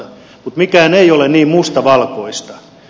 mutta mikään ei ole niin mustavalkoista